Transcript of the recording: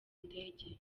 ndege